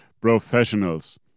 professionals